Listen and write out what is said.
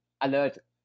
alert